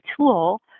tool